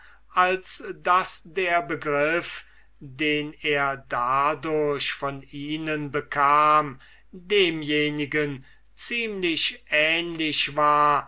als daß der begriff den er dadurch von ihnen bekam demjenigen ziemlich ähnlich war